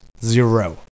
zero